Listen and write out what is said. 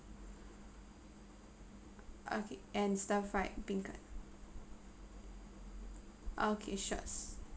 okay and stir fried beancurd okay sure